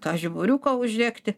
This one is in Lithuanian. tą žiburiuką uždegti